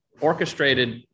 orchestrated